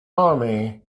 army